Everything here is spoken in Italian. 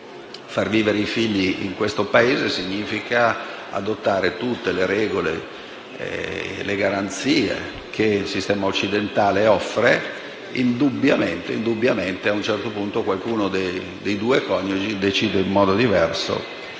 Far vivere i propri figli in questo Paese significa adottare tutte le regole e le garanzie che il sistema occidentale offre. Se a un certo punto qualcuno dei due coniugi decide in modo diverso,